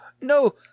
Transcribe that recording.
No